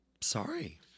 sorry